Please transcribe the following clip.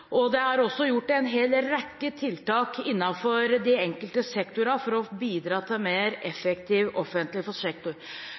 og det er også gjort en hel rekke tiltak innenfor de enkelte sektorene for å bidra til en mer